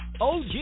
OG